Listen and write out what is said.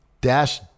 Dash